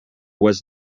was